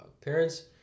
Parents